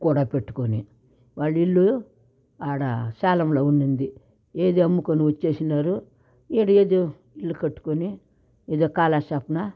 కూడా పెట్టుకుని వాళ్ళు ఇల్లు ఆడ సేలంలో ఉండింది ఏదో అమ్ముకుని వచ్చేసినారు ఈడ ఏదో ఇల్లు కట్టుకుని ఏదో కాలక్షేపణ